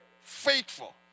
faithful